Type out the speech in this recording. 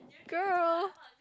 girl